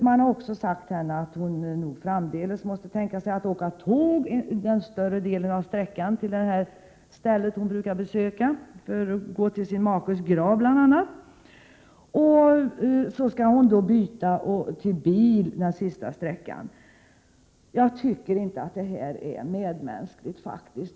Man har också sagt henne, att hon nog framdeles måste tänka sig att åka tåg större delen av sträckan till det ställe hon brukar besöka för att gå till sin makes grav bl.a. Hon skall sedan byta till bil den sista sträckan. Jag tycker faktiskt inte att detta är medmänskligt.